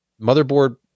motherboard